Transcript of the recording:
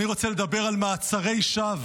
אני רוצה לדבר על מעצרי שווא